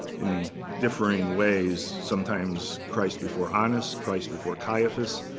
in differing ways, sometimes christ before annas, christ before caiaphas,